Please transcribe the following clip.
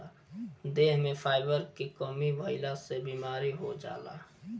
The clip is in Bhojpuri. देह में फाइबर के कमी भइला से बीमारी हो जाला